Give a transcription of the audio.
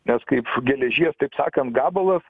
nes kaip geležies taip sakant gabalas